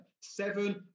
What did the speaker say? Seven